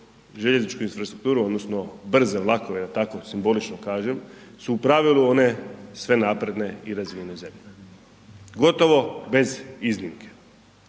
željezničku infrastrukturu odnosno brze vlakove da tako simbolično kažem su u pravile one sve napredne i razvijene zemlje, gotovo bez iznimke.